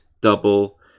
double